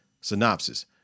Synopsis